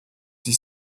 die